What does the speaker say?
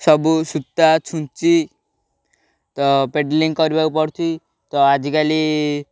ସବୁ ସୂତା ଛୁଞ୍ଚି ତ ପେଡ଼ଲିଂ କରିବାକୁ ପଡ଼ୁଛି ତ ଆଜିକାଲି